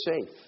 safe